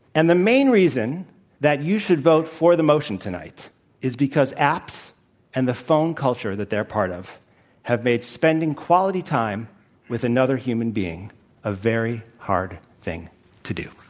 and the main reason that you should vote for the motion tonight is because apps and the phone culture that they're part of have made spending quality time with another human being a very hard thing to do.